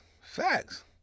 Facts